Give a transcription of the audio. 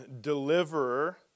deliverer